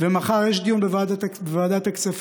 ומחר יש דיון בוועדת הכספים,